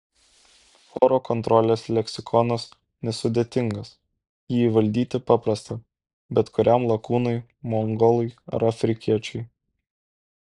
oro kontrolės leksikonas nesudėtingas jį įvaldyti paprasta bet kuriam lakūnui mongolui ar afrikiečiui